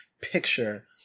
picture